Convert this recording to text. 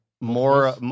more